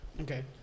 Okay